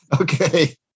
Okay